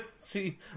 See